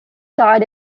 died